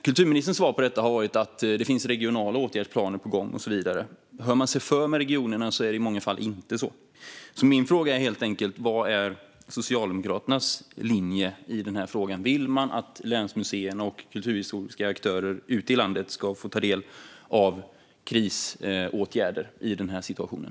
Kulturministerns svar på detta har varit att det finns regionala åtgärdsplaner på gång och så vidare. Hör man sig för med regionerna är det i många fall inte så. Min fråga är därför helt enkelt: Vad är Socialdemokraternas linje i detta? Vill man att länsmuseerna och kulturhistoriska aktörer ute i landet ska få ta del av krisåtgärder i rådande situation?